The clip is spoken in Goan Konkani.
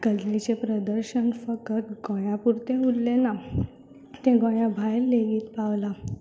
कलेचें प्रदर्शन फक्त गोंया पुरतेंच उरलें ना तें गोंया भायर लेगीत पावलां